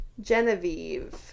Genevieve